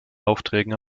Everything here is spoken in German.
aufträgen